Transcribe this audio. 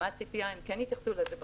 מה הציפייה אם כן התייחסו לזה בחוזה.